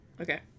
Okay